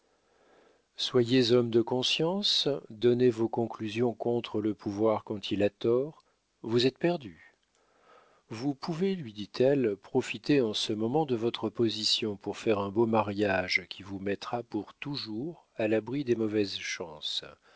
soyez homme de conscience donnez vos conclusions contre le pouvoir quand il a tort vous êtes perdu vous pouvez lui dit-elle profiter en ce moment de votre position pour faire un beau mariage qui vous mettra pour toujours à l'abri des mauvaises chances